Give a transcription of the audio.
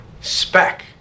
spec